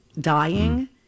dying